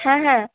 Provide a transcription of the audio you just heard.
হ্যাঁ হ্যাঁ